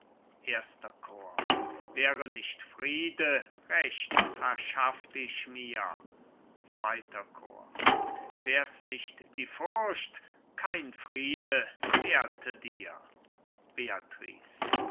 erster chor cajetan wäre nicht friede recht verschafft ich mir zweiter chor bohemund wär's nicht die furcht kein friede wehrte dir